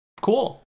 Cool